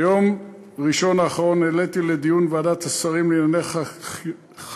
ביום ראשון האחרון העליתי לדיון בוועדת השרים לענייני חקיקה